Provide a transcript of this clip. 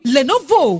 Lenovo